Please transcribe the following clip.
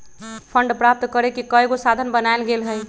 fund प्राप्त करेके कयगो साधन बनाएल गेल हइ